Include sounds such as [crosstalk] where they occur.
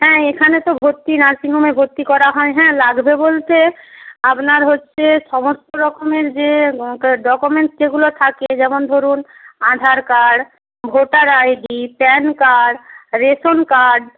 হ্যাঁ এখানে তো ভর্তি নার্সিং হোমে ভর্তি করা হয় হ্যাঁ লাগবে বলতে আপনার হচ্ছে সমস্ত রকমের যে [unintelligible] ডকুমেন্টস যেগুলো থাকে যেমন ধরুন Aadhaar card voter ID PAN card ration card